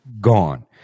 gone